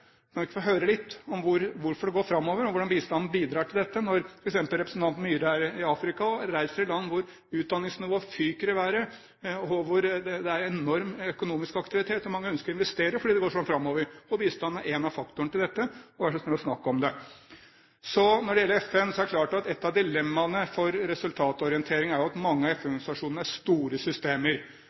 Kan vi ikke få høre litt om hvorfor det går framover, og om hvordan bistanden bidrar til dette? Når f.eks. representanten Myhre er i Afrika og reiser i land hvor utdanningsnivået fyker i været, hvor det er enorm økonomisk aktivitet, og hvor man ønsker å investere fordi det går så fort framover og bistanden er en av faktorene til dette, så vær så snill å snakke om det. Når det så gjelder FN, er det klart at ett av dilemmaene for resultatorientering er at mange av FN-organisasjonene er store systemer.